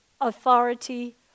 authority